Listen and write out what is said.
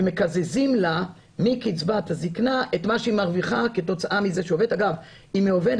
ומקזזים לה מקצבת הזקנה את מה שהיא מרוויחה כתוצאה מזה שהיא עובדת.